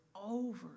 over